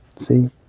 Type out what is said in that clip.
See